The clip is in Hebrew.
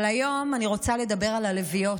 אבל היום אני רוצה לדבר על הלביאות,